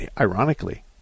ironically